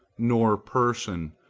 nor person,